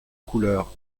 couleur